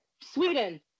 Sweden